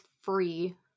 free